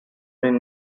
been